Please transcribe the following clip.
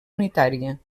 unitària